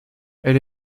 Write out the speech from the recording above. elle